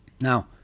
Now